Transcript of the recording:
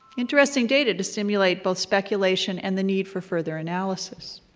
interesting data to stimulate both speculation and the need for further analysis.